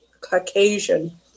Caucasian